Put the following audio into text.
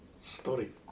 story